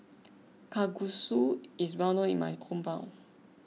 Kalguksu is well known in my hometown